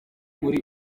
muri